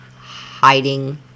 hiding